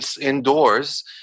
indoors